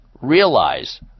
realize